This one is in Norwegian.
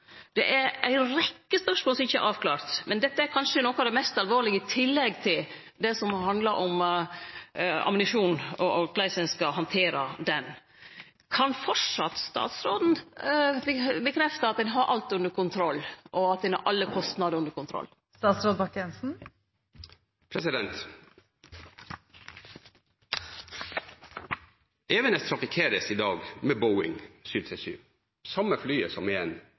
Det er ei rekkje spørsmål som ikkje er avklarte. Men dette er kanskje noko av det mest alvorlege, i tillegg til det som handlar om ammunisjon og korleis ein skal handtere det. Kan statsråden framleis bekrefte at ein har alt under kontroll, og at ein har alle kostnader under kontroll? Evenes trafikkeres i dag med Boeing 737, det samme flyet som